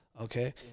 Okay